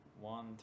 one